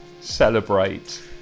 celebrate